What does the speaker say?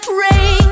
rain